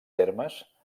termes